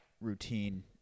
routine